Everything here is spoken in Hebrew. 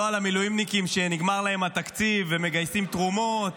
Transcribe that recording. לא על המילואימניקים שנגמר להם התקציב ומגייסים תרומות,